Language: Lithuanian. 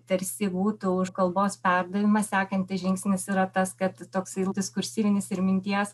tarsi būtų už kalbos perdavimą sekantis žingsnis yra tas kad toksai diskursyvinis ir minties